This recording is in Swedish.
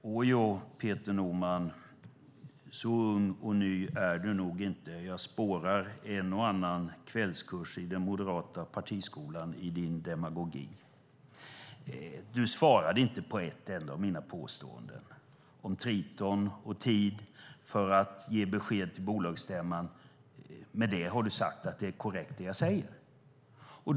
Fru talman! Åjo, Peter Norman - så ung och ny är du nog inte. Jag spårar en och annan kvällskurs i den moderata partiskolan i din demagogi. Du svarade inte på ett enda av mina påståenden, om Triton och tid för att ge besked på bolagsstämman. Med det har du sagt att det jag säger är korrekt.